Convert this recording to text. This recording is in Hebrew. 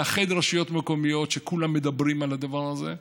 לאחד רשויות מקומיות, שכולם מדברים על הדבר הזה,